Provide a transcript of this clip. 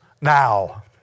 now